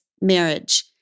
marriage